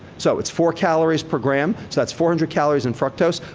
so, it's four calories per gram. so that's four hundred calories in fructose.